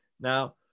Now